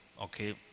Okay